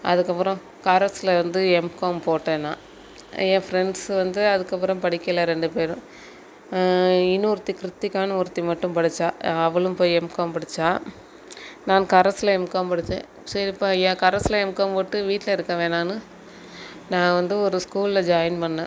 அதுக்கப்புறம் கரஸ்ஸில் வந்து எம்காம் போட்டேன் நான் என் ஃப்ரெண்ட்ஸு வந்து அதுக்கப்புறம் படிக்கலை ரெண்டு பேரும் இன்னொருத்தி கிருத்திக்கானு ஒருத்தி மட்டும் படிச்சாள் அவளும் போய் எம்காம் படிச்சாள் நான் கரஸ்ஸில் எம்காம் படித்தேன் சரி இப்போ ஏன் கரஸ்ஸில் எம்காம் போட்டு வீட்டில் இருக்க வேணாம்ன்னு நான் வந்து ஒரு ஸ்கூலில் ஜாயின் பண்ணேன்